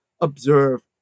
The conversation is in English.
observe